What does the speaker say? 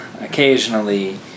occasionally